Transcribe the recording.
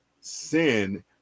sin